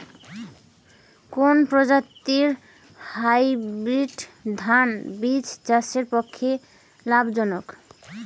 কোন প্রজাতীর হাইব্রিড ধান বীজ চাষের পক্ষে লাভজনক?